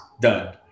Done